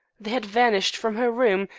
they had vanished from her room,